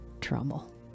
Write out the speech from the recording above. trouble